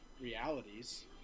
realities